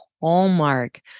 hallmark